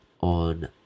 on